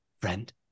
Friend